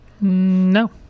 No